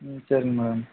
ம் சரிங்க மேடம்